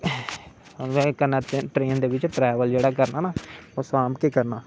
कन्नै ट्रेन दे बिच ट्रैवल जेहड़ा करना शाम च करना